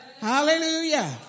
Hallelujah